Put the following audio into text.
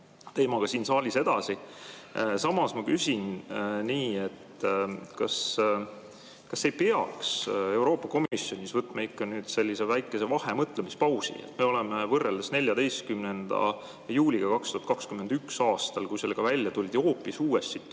teemaga siin saalis edasi. Samas ma küsin nii. Kas ei peaks Euroopa Komisjonis võtma ikka nüüd väikese vahe, mõtlemispausi? Me oleme võrreldes 14. juuliga 2021. aastal, kui sellega välja tuldi, hoopis uues